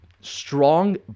strong